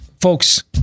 folks